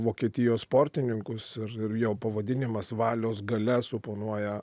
vokietijos sportininkus ir ir jo pavadinimas valios galia suponuoja